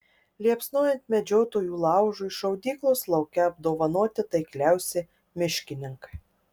liepsnojant medžiotojų laužui šaudyklos lauke apdovanoti taikliausi miškininkai